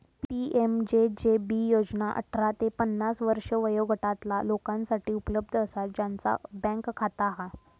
PMJJB योजना अठरा ते पन्नास वर्षे वयोगटातला लोकांसाठी उपलब्ध असा ज्यांचा बँक खाता हा